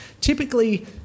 typically